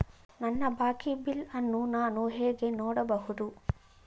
ನನ್ನ ಬಾಕಿ ಬಿಲ್ ಅನ್ನು ನಾನು ಹೇಗೆ ನೋಡಬಹುದು?